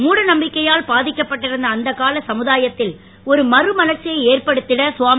மூட நம்பிக்கையால் பாதிக்கப்பட்டிருந்த அந்த கால சமுதாயத்தில் ஒரு மறுமலர்ச்சியை ஏற்படுத்திட சுவாமி